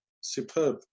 superb